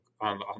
on